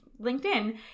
LinkedIn